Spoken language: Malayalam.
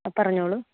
ആ പറഞ്ഞോളു